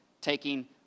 taking